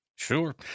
Sure